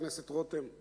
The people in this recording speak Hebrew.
חבר הכנסת רותם,